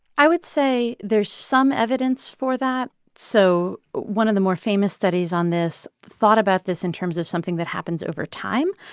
i would say there is some evidence for that. so one of the more famous studies on this thought about this in terms of something that happens over time.